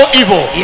evil